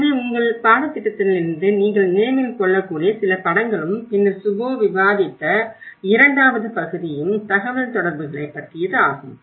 எனவே உங்கள் பாடத்திட்டத்திலிருந்து நீங்கள் நினைவில் கொள்ளக்கூடிய சில படங்களும் பின்னர் சுபோ விவாதித்த இரண்டாவது பகுதியும் தகவல்தொடர்புகளைப் பற்றியது ஆகும்